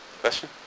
Question